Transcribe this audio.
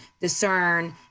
discern